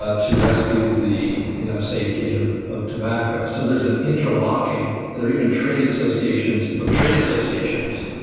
ah to rescue the safety ah of tobacco. so there's an interlocking. there are even trade associations of trade associations.